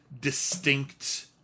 distinct